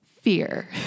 fear